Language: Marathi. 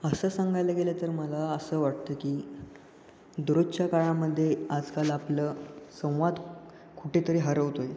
असं सांगायला गेलं तर मला असं वाटतं की दररोजच्या काळामध्ये आजकाल आपलं संवाद कुठेतरी हरवतो आहे